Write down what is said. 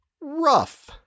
rough